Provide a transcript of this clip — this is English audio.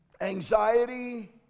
Anxiety